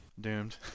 Doomed